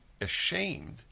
ashamed